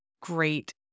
great